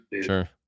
Sure